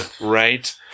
right